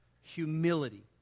humility